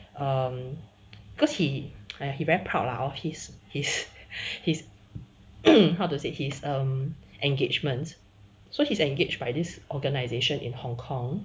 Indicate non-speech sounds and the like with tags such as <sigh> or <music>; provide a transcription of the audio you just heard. um cause he !aiya! he very proud lah of his his his <coughs> how to say his engagements so he's engaged by this organisation in hong kong